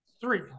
Three